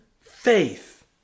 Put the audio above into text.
faith